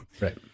Right